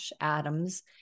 Adams